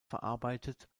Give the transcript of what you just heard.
verarbeitet